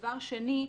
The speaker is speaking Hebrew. דבר שני,